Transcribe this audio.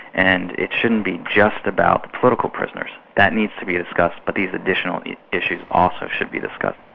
and it shouldn't be just about political prisoners. that needs to be discussed but these additional issues also should be discussed.